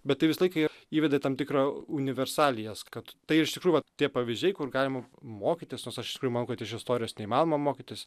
bet tai visą laiką įveda į tam tikrą universalijas kad tai ir iš tikrųjų vat tie pavyzdžiai kur galima mokytis nors aš iš tikrųjų manau kad iš istorijos neįmanoma mokytis